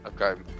Okay